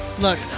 Look